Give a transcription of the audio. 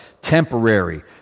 temporary